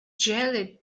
jelly